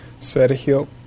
Sergio